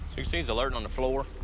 seems alerting on the floor.